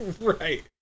right